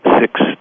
six